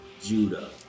Judah